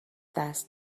دست